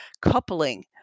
coupling